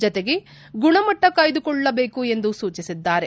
ಜತೆಗೆ ಗುಣಮಟ್ಟ ಕಾಯ್ಲುಕೊಳ್ಳಬೇಕು ಎಂದು ಸೂಚಿಸಿದ್ದಾರೆ